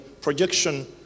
projection